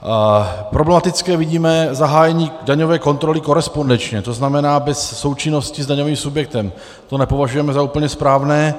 Jako problematické vidíme zahájení daňové kontroly korespondenčně, tzn. bez součinnosti s daňovým subjektem, to nepovažujeme za úplně správné.